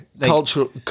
Cultural